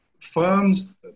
firms